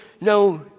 no